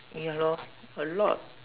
ya lor a lot